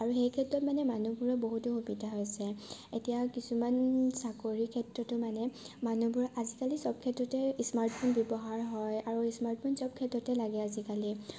আৰু সেই ক্ষেত্ৰত মানে মানুহবোৰৰ বহুতো সুবিধা হৈছে এতিয়া কিছুমান চাকৰি ক্ষেত্ৰতো মানে মানুহবোৰ আজিকালি চব ক্ষেত্ৰতে স্মাৰ্টফোন ব্যৱহাৰ হয় আৰু স্মাৰ্টফোন চব ক্ষেত্ৰতে লাগে আজিকালি